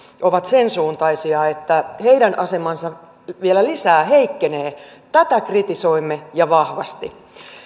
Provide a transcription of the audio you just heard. ovat sen suuntaisia että heidän asemansa vielä lisää heikkenee niin tätä kritisoimme ja vahvasti